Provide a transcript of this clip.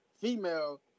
female